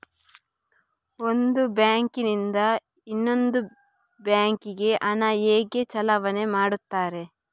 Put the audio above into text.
ಒಂದು ಬ್ಯಾಂಕ್ ನಿಂದ ಇನ್ನೊಂದು ಬ್ಯಾಂಕ್ ಗೆ ಹಣ ಹೇಗೆ ಚಲಾವಣೆ ಮಾಡುತ್ತಾರೆ?